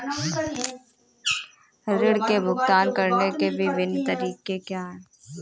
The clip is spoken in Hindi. ऋृण के भुगतान करने के विभिन्न तरीके क्या हैं?